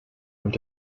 und